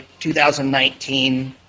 2019